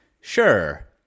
sure